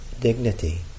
dignity